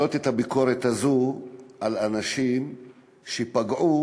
להעלות את הביקורת הזו על אנשים שפגעו,